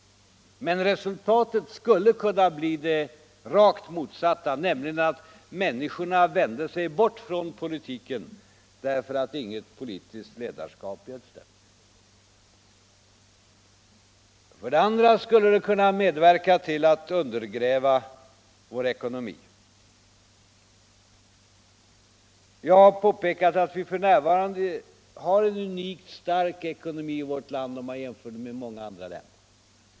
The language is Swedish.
Men resultatet skulle också kunna bli det rakt motsatta, nämligen att människorna vänder sig bort från politiken därför att inget politiskt ledarskap bjöds dem. För det andra skulle det kunna medverka till att undergräva vår ekonomi. Jag har påpekat att vi f. n. har en unik stark ekonomi i vårt land jämfört med många andra länder.